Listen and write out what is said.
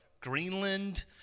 Greenland